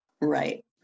Right